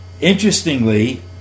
interestingly